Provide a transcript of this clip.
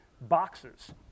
boxes